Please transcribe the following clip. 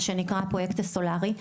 מה שנקראה הפרויקט הסולארי,